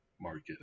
market